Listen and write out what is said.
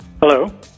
Hello